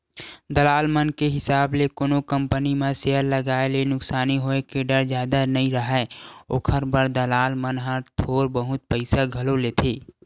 दलाल मन के हिसाब ले कोनो कंपनी म सेयर लगाए ले नुकसानी होय के डर जादा नइ राहय, ओखर बर दलाल मन ह थोर बहुत पइसा घलो लेथें